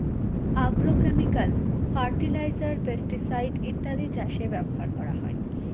agrochemical fertiliser, pesticide ইত্যাদি চাষে ব্যবহার করা হয়